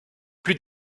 plus